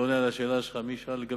זה עונה על השאלה שלך, מי שאל?